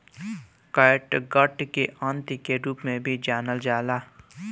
catgut के आंत के रूप में भी जानल जाला